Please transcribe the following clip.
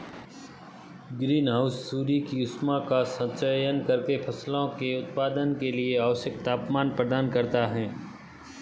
green house सूर्य की ऊष्मा का संचयन करके फसलों के उत्पादन के लिए आवश्यक तापमान प्रदान करता है